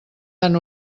tan